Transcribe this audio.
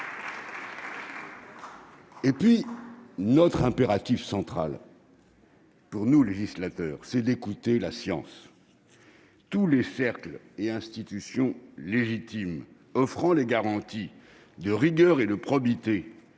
la loi. Notre impératif central, en tant que législateur, est d'écouter la science. Tous les cercles et les institutions légitimes, offrant les garanties de rigueur et de probité